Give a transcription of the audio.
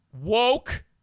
woke